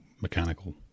mechanical